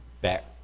back